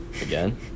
again